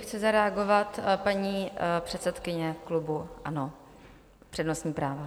Chce zareagovat paní předsedkyně klubu ANO přednostní právo.